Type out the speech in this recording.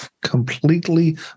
completely